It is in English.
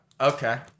Okay